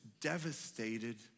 devastated